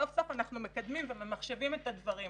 סוף-סוף אנחנו מקדמים וממחשבים את הדברים.